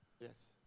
Yes